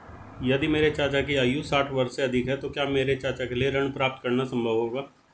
यदि मेरे चाचा की आयु साठ वर्ष से अधिक है तो क्या मेरे चाचा के लिए ऋण प्राप्त करना संभव होगा?